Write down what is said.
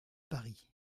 paris